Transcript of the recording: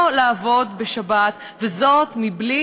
אדוני